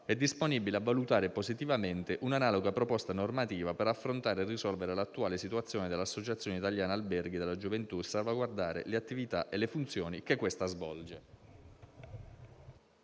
è disponibile a valutare positivamente un'analoga proposta normativa per affrontare e risolvere l'attuale situazione dell'Associazione italiana alberghi per la gioventù e salvaguardare le attività e le funzioni che questa svolge.